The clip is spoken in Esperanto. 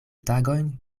tagojn